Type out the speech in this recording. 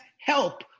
help